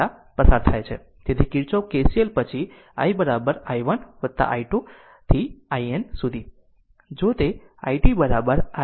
તેથી Kirchhoff KCL પછી i i1 plus i2 up to iN છે